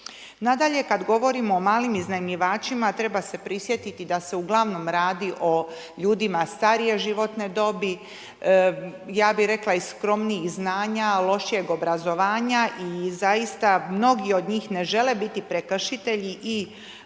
Nadalje, kad govorim o malim iznajmljivačima treba se prisjetiti da se uglavnom radi o ljudima starije životne dobi ja bi rekla i skromnijih znanja, lošijeg obrazovanja i zaista mnogi od njih ne žele biti prekršitelji i